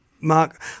Mark